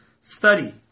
study